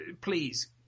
please